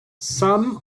some